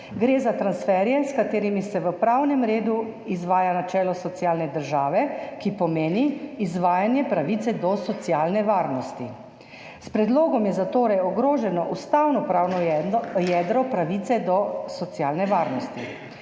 Gre za transferje, s katerimi se v pravnem redu izvaja načelo socialne države, ki pomeni izvajanje pravice do socialne varnosti. S predlogom je torej ogroženo ustavnopravno jedro pravice do socialne varnosti.